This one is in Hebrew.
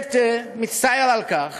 בהחלט מצטער על כך